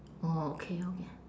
orh okay okay